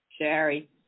Sherry